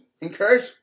encourage